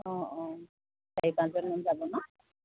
অঁ অঁ চাৰি পাঁচজনমান যাব ন